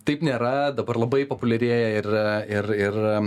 taip nėra dabar labai populiarėja ir ir ir